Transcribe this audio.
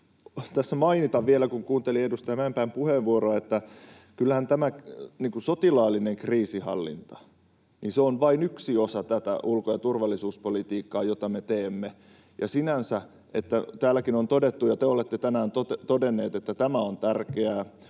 tässä mainita vielä, kun kuuntelin edustaja Mäenpään puheenvuoroa, että kyllähän tämä sotilaallinen kriisinhallinta on vain yksi osa tätä ulko- ja turvallisuuspolitiikkaa, jota me teemme. Sinänsä — täälläkin on todettu ja te olette tänään todenneet — tämä on tärkeää.